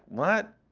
what?